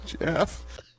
Jeff